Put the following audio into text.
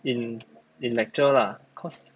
in lecture lah cause